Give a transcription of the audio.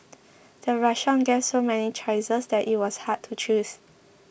the restaurant gave so many choices that it was hard to choose